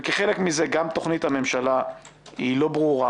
וכחלק מזה גם תוכנית הממשלה לא ברורה.